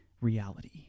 reality